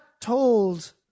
told